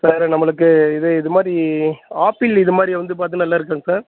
வேறு நம்மளுக்கு இது இதுமாதிரி ஆப்பிள் இதுமாதிரி வந்து பாத்தோனா நல்லா இருக்குங்களா சார்